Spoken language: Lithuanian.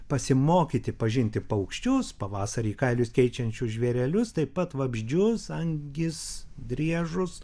pasimokyti pažinti paukščius pavasarį kailius keičiančius žvėrelius taip pat vabzdžius angis driežus